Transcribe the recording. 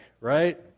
right